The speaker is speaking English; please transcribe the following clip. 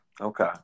Okay